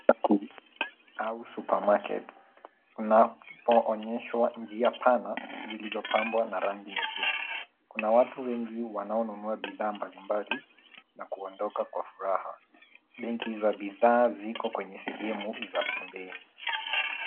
Duka kuu au supermarket kunapoonyeshwa njia pana zilizopambwa na rangi nyepesi. Kuna watu wengi wanaonunua bidhaa mbalimbali na kuondoka kwa furaha. Benki za bidhaa ziko kwenye sehemu za foleni.